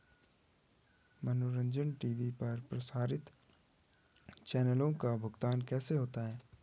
मनोरंजन टी.वी पर प्रसारित चैनलों का भुगतान कैसे होता है?